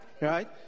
Right